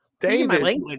David